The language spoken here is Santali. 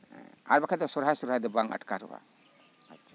ᱟᱨ ᱵᱟᱠᱷᱟᱱ ᱫᱚ ᱥᱚᱨᱦᱟᱭ ᱥᱚᱨᱦᱟᱭ ᱫᱚ ᱵᱟᱝ ᱟᱴᱠᱟᱨᱚᱜᱼᱟ ᱟᱪᱪᱷᱟ